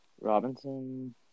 Robinson